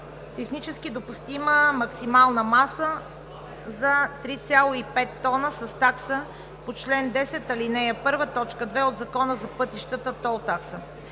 технически допустима максимална маса за 3,5 тона с такса по чл. 10, ал. 1, т. 2 от Закона за пътищата – тол такса.